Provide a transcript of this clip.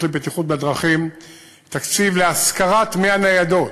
לבטיחות בדרכים תקציב להשכרת 100 ניידות